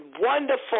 wonderful